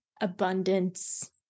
abundance